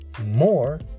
more